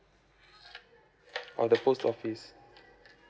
of the post office